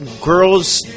girls